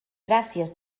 gràcies